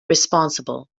responsible